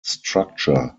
structure